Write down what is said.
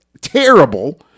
terrible